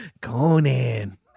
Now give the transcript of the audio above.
Conan